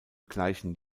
gleichen